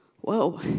whoa